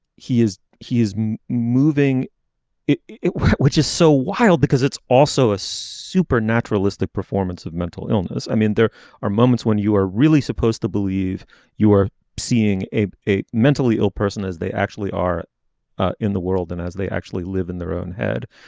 he is he is moving it it which is so wild because it's also a super naturalistic performance of mental illness. i mean there are moments when you are really supposed to believe you are seeing a a mentally ill person as they actually are in the world and as they actually live in their own head.